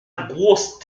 grosse